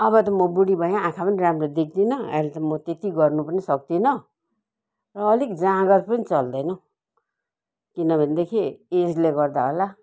अब त म बुढी भएँ आँखा पनि राम्रो देख्दिनँ अहिले त म त्यति गर्नु पनि सक्दिनँ र अलिक जाँगर पनि चल्दैन किनभनेदेखि एजले गर्दा होला